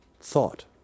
thought